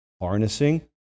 harnessing